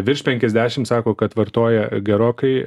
virš penkiasdešim sako kad vartoja gerokai